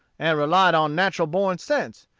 and relied on natural-born sense,